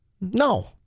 No